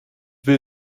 will